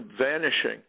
vanishing